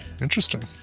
interesting